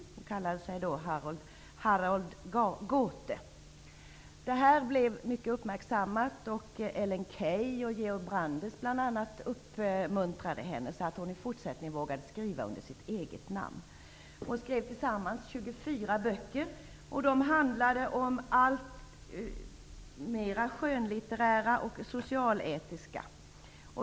Hon kallade sig Harold Gote. Det här blev mycket uppmärksammat. Ellen Key och Georg Brandes uppmuntrade henne så att hon i fortsättningen vågade skriva under sitt eget namn. Frida Steenhoff skrev sammanlagt 24 böcker, skönlitterära och socialetiska.